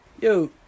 Yo